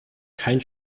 kein